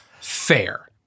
Fair